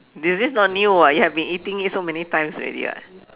this is not new [what] you have been eating it so many times already [what]